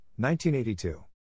1982